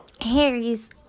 Harry's